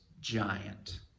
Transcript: giant